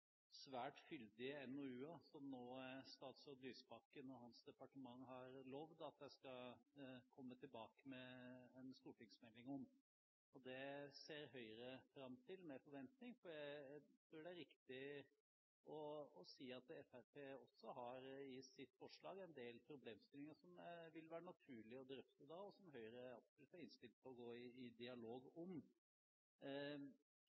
svært fyldige NOU-er – som statsråd Lysbakken nå og hans departement har lovet at de skal komme tilbake med en stortingsmelding om. Det ser Høyre fram til med forventning, for jeg tror det er riktig å si at Fremskrittspartiet også i sitt forslag har en del problemstillinger som det vil være naturlig å drøfte da, og som Høyre absolutt er innstilt på å gå i dialog